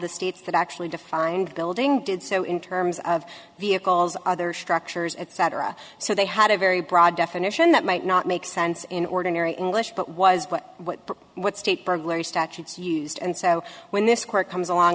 the states that actually defined building did so in terms of vehicles other structures etc so they had a very broad definition that might not make sense in ordinary english but was but what what state burglary statutes used and so when this court comes along